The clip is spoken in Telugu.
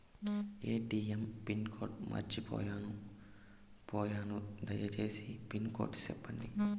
ఎ.టి.ఎం పిన్ కోడ్ మర్చిపోయాను పోయాను దయసేసి పిన్ కోడ్ సెప్పండి?